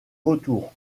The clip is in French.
retour